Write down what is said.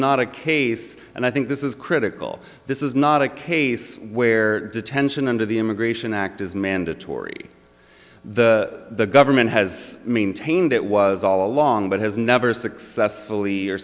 not a case and i think this is critical this is not a case where detention under the immigration act is mandatory the government has maintained it was all along but has never successfully